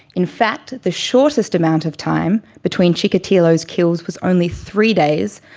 in fact the shortest amount of time between chikatilo's kills was only three days,